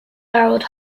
barreled